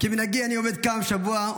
כמנהגי אני עומד כאן השבוע,